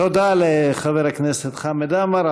תודה לחבר הכנסת חמד עמאר.